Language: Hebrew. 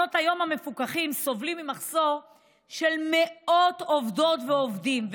מעונות היום המפוקחים סובלים ממחסור של מאות עובדות ועובדים,